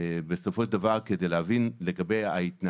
איפה אחריות משרד הבריאות לגבי זה?